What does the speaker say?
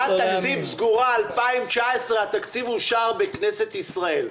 שנת תקציב סגורה 2019 התקציב אושר בכנסת ישראל.